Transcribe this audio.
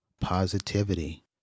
positivity